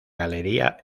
galería